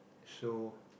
so